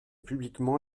publiquement